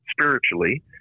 spiritually